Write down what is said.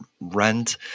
rent